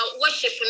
worship